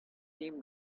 seem